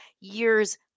years